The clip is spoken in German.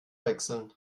wechseln